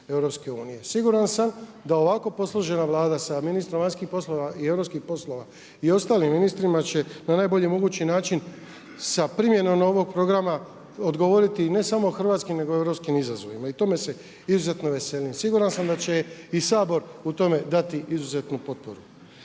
Siguran sam da ovako posložena Vlada sa ministrom vanjskih poslova i europskih poslova i ostalim ministrima će na najbolji mogući način sa primjenom novog programa odgovoriti ne samo hrvatskim nego i europskim izazovima i tome se izuzetno veselim. Siguran sam da će i Sabor u tome dati izuzetnu potporu.